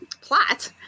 plot